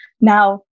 now